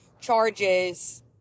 charges